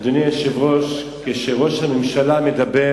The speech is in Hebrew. אדוני היושב-ראש, כשראש הממשלה מדבר